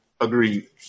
Agreed